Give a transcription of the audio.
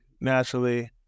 naturally